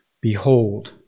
Behold